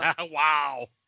Wow